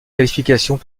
qualifications